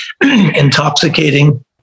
intoxicating